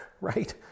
right